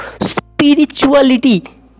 spirituality